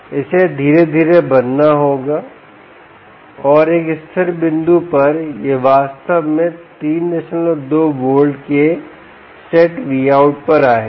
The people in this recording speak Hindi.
इसे धीरे धीरे बनना होगा और एक स्थिर बिंदु पर यह वास्तव में 32 वोल्ट के सेट Vout पर आएगा